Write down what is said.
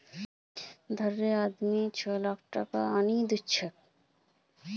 घररे आदमी छुवालाक चुकिया आनेय दीछे